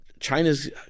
China's